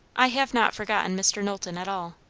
i have not forgotten mr. knowlton at all,